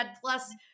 plus